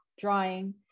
drawing